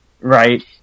right